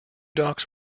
docks